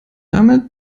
damit